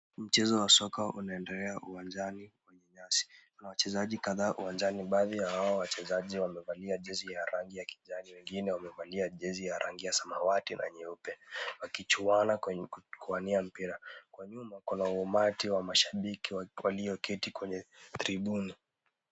Mchezo wa soka unaendelea uwanjani kwenye nyasi. Kuna wachezaji kadhaa uwanjani baadhi ya hao wachezaji wamevalia jezi ya rangi ya kijani, wengine wamevalia jezi ya rangi ya samawati na nyeupe wakichuana kwenye kuwania mpira. Kwa nyuma kuna umati wa mashabiki walioketi kwenye thribuni.